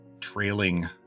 trailing